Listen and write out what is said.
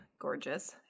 gorgeous